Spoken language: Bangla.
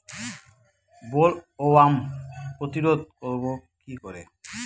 বোলওয়ার্ম প্রতিরোধ করব কি করে?